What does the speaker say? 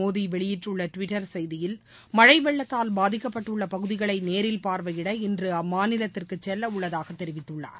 மோடி வெளியிட்டுள்ள டுவிட்டர் செய்தியில் மழை வெள்ளத்தால் பாதிக்கப்பட்டுள்ள பகுதிகளை நேரில் பார்வையிட இன்று அம்மாநிலத்திற்கு செல்ல உள்ளதாக தெரிவித்துள்ளார்